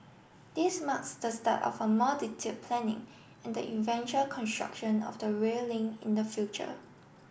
this marks the start of a more detailed planning and the eventual construction of the rail link in the future